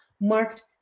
marked